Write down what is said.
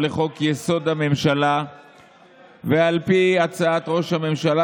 לחוק-יסוד: הממשלה ועל פי הצעת ראש הממשלה,